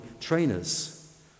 trainers